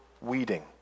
weeding